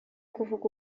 kuvuga